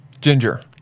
Ginger